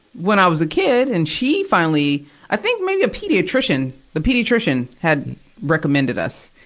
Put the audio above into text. when i was a kid and she finally i think maybe a pediatrician, the pediatrician had recommended us.